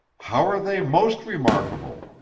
how are they most remarkable?